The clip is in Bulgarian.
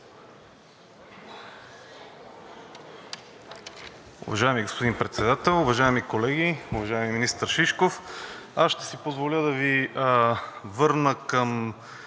Уважаеми господин Председател, уважаеми колеги, уважаеми министър Шишков! Аз ще си позволя да Ви върна към